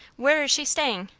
where is she staying?